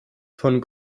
von